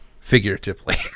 figuratively